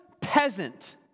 peasant